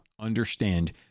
understand